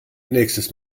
nächstes